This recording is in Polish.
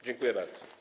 Dziękuję bardzo.